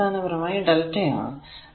ഇത് അടിസ്ഥാനപരമായി lrmΔ ആണ്